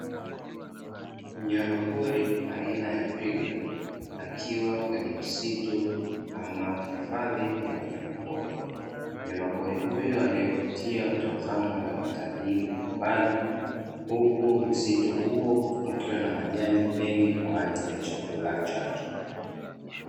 Mnyama pori aina ya twiga akiwa kwenye msitu ama hifadhi ya wanyama pori. Mnyama pori huyo anayevutia hutazamwa na watalii mbalimbali huku msitu huo ukiwa na majani mengi kwa ajili ya chakula chake.